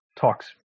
talks